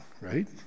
right